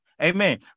Amen